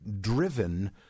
driven